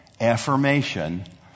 affirmation